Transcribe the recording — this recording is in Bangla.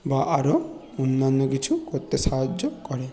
বা আরো অন্যান্য কিছু করতে সাহায্য করে